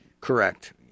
Correct